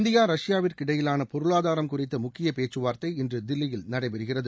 India ரஷ்யாவிற்கிடையிலான பொருளாதாரம் குறித்த முக்கியப் பேச்சுவார்த்தை இன்று தில்லியில் நடைபெறுகிறது